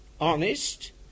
honest